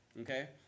Okay